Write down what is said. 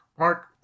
Mark